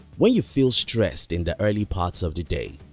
when you feel stressed in the early parts of the day,